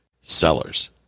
sellers